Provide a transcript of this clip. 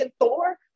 Thor